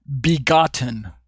begotten